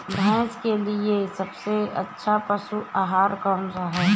भैंस के लिए सबसे अच्छा पशु आहार कौन सा है?